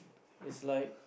is like